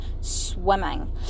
swimming